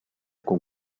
con